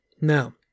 now